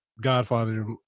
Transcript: Godfather